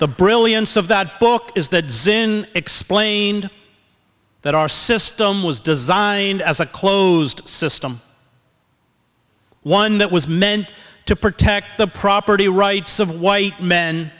the brilliance of that book is that zinn explained that our system was designed as a closed system one that was meant to protect the property rights of white men